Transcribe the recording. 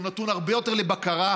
הוא נתון הרבה יותר לבקרה,